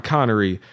Connery